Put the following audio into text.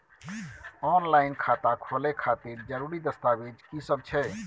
Online खाता खोले खातिर जरुरी दस्तावेज की सब छै?